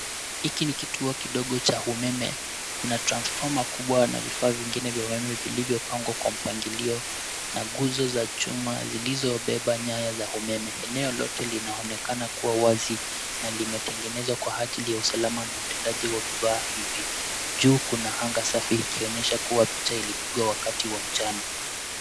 Hiki ni kituo kidogo cha umeme. Kuna transfoma kubwa na vifaa vingine vya umeme vilivyopangwa kwa mapingilio na nguzo za chuma zilizobeba nyaya za umeme. Eneo lote linaonekana kuwa wazi na limetengenezwa kwa ajili ya usalama na utendaji wa vifaa hivi. Juu kuna anga safi ikionesha picha lilipigwa wakati wa mchana.